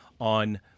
on